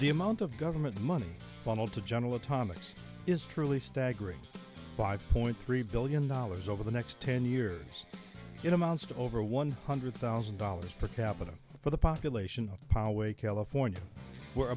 the amount of government money funneled to general thomas is truly staggering five point three billion dollars over the next ten years in amounts to over one hundred thousand dollars per capita for the population of power way california where